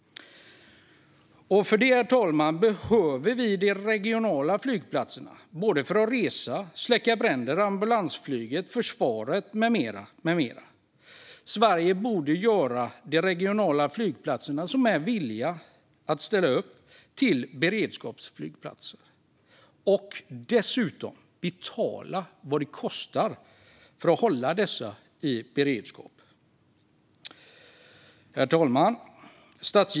För detta behöver vi de regionala flygplatserna, herr talman. Vi behöver dem för att resa, för att släcka bränder och för att hantera ambulansflyget och försvaret, med mera. Sverige borde göra de regionala flygplatser som är villiga att ställa upp till beredskapsflygplatser och dessutom betala vad det kostar att hålla dessa i beredskap. Herr talman!